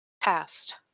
passed